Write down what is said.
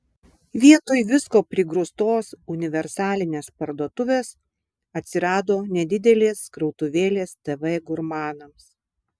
vietoj visko prigrūstos universalinės parduotuvės atsirado nedidelės krautuvėlės tv gurmanams